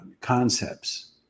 Concepts